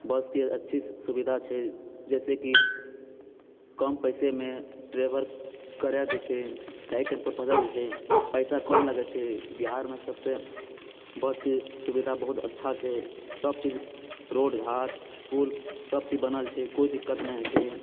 बसके अच्छी सुविधा छै जैसे कि कम पैसे मे ट्रेवल करा दए छै सही टाइम पऽ पहुँचाए दए छै पैसा कम लागैत छै बिहारमे सबसँ बसके सुविधा बहुत अच्छा छै सब चीज रोड बाट पुल सब चीज बनल छै कोइ दिक्कत नहि होइत छै